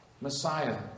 Messiah